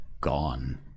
gone